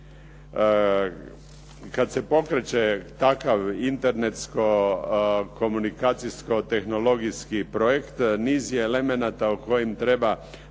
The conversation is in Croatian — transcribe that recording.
Kad se pokreće takav internetsko komunikacijsko tehnologijski projekt niz je elemenata o kojima treba